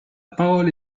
parole